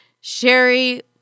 Sherry